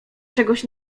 czegoś